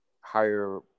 higher